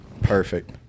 perfect